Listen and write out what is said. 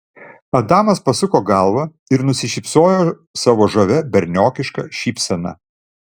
adamas pasuko galvą ir nusišypsojo savo žavia berniokiška šypsena